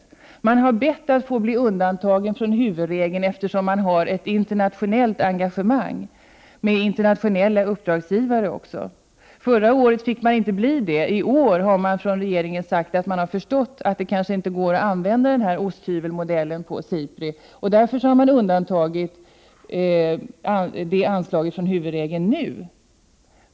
SIPRI har bett att få bli undantaget från huvudregeln, eftersom man har ett internationellt engagemang med även internationella uppdragsgivare. Förra året fick SIPRI inte bli undantaget från huvudregeln. I år har regeringen sagt att den har förstått att det kanske inte går att använda osthyvelsmetoden på SIPRI. Därför har regeringen nu undantagit detta anslag från huvudregeln.